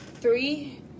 three